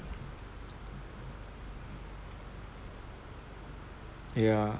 ya